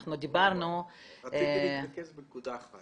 אנחנו דיברנו --- רציתם להתרכז בנקודה אחת.